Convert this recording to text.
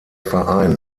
verein